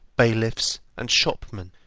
bailiffs and shopmen.